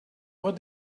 what